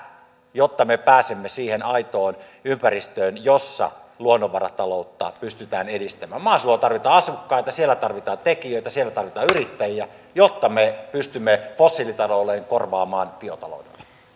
jotta me pääsemme siihen aitoon ympäristöön jossa luonnonvarataloutta pystytään edistämään maaseudulla tarvitaan asukkaita siellä tarvitaan tekijöitä siellä tarvitaan yrittäjiä jotta me pystymme fossiilitalouden korvaamaan biotaloudella